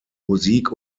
musik